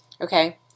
Okay